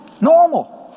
Normal